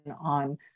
on